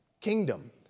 kingdom